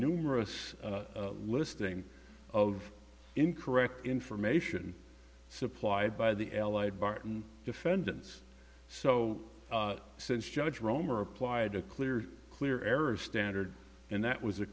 numerous listing of incorrect information supplied by the allied barton defendants so since judge roemer applied a clear clear error standard and that was a